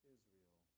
Israel